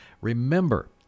Remember